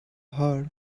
heart